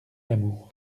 l’amour